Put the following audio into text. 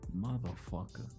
Motherfucker